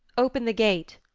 open the gate,